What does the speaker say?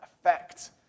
effect